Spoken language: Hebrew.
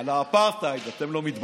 על האפרטהייד, אתם לא מתביישים?